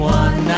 one